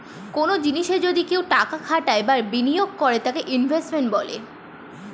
কনো জিনিসে যদি কেউ টাকা খাটায় বা বিনিয়োগ করে তাকে ইনভেস্টমেন্ট বলে